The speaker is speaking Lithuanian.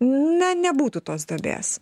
na nebūtų tos duobės